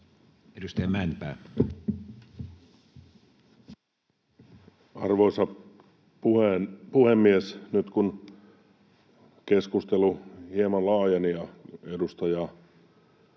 16:42 Content: Arvoisa puhemies! Nyt kun keskustelu hieman laajeni ja edustaja